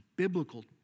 Biblical